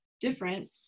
different